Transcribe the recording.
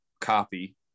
copy